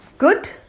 Good